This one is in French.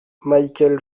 michael